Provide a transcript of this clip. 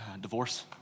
divorce